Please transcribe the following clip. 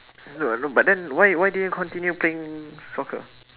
I know I know but then why why didn't you continue playing soccer